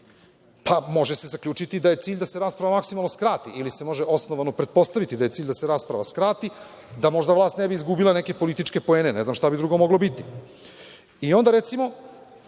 se može zaključiti da je cilj da se rasprava maksimalno skrati ili se može osnovano pretpostaviti da je cilj da se rasprava skrati, da možda vlast ne bi izgubila neke političke poene. Ne znam šta bi drugo moglo biti. Onda, recimo,